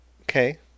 Okay